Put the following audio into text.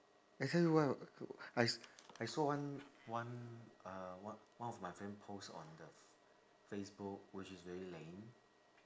actually why I s~ I saw one one uh one one of my friend post on the facebook which is very lame